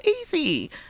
easy